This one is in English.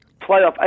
playoff